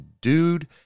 dude